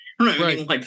Right